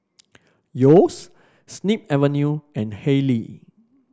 Yeo's Snip Avenue and Haylee